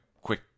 quick